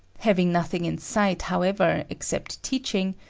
having nothing in sight, however, except teaching,